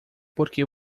porque